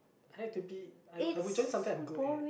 I have to be I I would join something I'm good at